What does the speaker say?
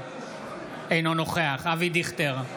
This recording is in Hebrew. אינו נוכח אבי דיכטר,